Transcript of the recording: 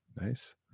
Nice